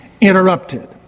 Interrupted